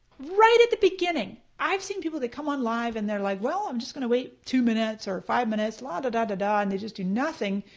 right at the beginning, i've seen people that come on live and they're like well, i'm just gonna wait two minutes or five minutes, la-da-da-da-da, and they just do nothing,